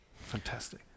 Fantastic